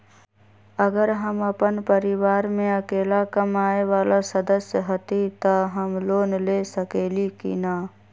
अगर हम अपन परिवार में अकेला कमाये वाला सदस्य हती त हम लोन ले सकेली की न?